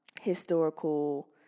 historical